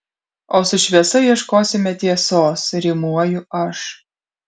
o su šviesa ieškosime tiesos rimuoju aš